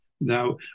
Now